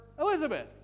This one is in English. Elizabeth